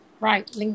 Right